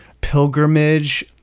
pilgrimage